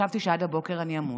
חשבתי שעד הבוקר אני אמות.